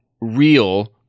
real